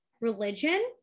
religion